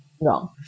wrong